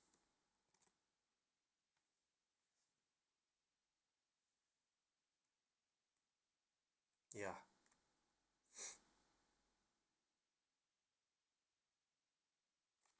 ya